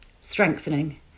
strengthening